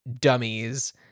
dummies